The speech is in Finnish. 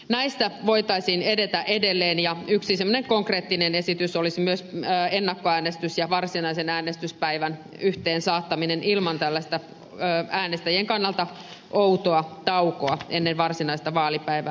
näissä voitaisiin edetä edelleen ja yksi konkreettinen esitys olisi myös ennakkoäänestyksen ja varsinaisen äänestyspäivän yhteen saattaminen ilman äänestäjien kannalta outoa taukoa ennen varsinaista vaalipäivää